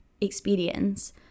experience